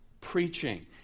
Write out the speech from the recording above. preaching